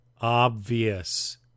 obvious